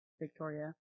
Victoria